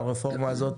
והרפורמה הזאת